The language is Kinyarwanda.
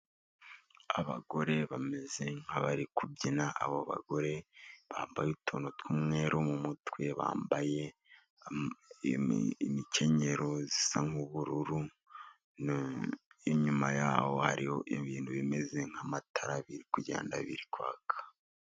Abagore bameze nk'abari kubyina. Abo bagore bambaye utuntu tw'umweru mu mutwe, bambaye imikenyero isa nk'ubururu. Inyuma yaho hariho ibintu bimeze nk'amatara biri kugenda biri kwaka.